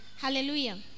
hallelujah